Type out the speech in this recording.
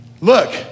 Look